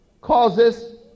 causes